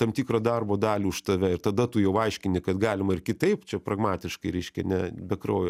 tam tikrą darbo dalį už tave ir tada tu jau aiškini kad galima ir kitaip čia pragmatiškai reiškia ne be kraujo